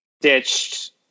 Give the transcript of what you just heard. ditched